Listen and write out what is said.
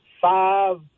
five